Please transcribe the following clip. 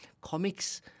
Comics